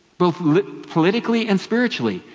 both politically and spiritually.